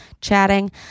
chatting